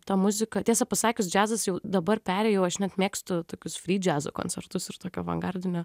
ta muzika tiesą pasakius džiazas jau dabar perėjau aš net mėgstu tokius fridžiazo koncertus ir tokio avangardinio